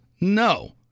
No